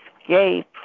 escape